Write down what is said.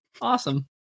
awesome